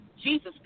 Jesus